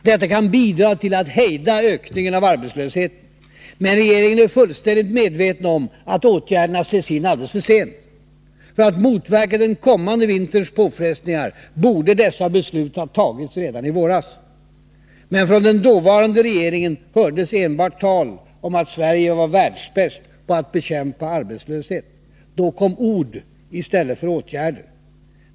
Detta kan bidra till att hejda ökningen av arbetslösheten, men regeringen är fullständigt medveten om att åtgärderna sätts in alldeles för sent. För att motverka den kommande vinterns påfrestningar borde dessa beslut ha fattats redan i våras. Men från den dåvarande regeringen hördes enbart tal om att Sverige var världsbäst på att bekämpa arbetslöshet. Då kom ord i stället för åtgärder.